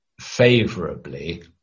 favorably